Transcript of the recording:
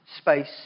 space